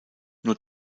nur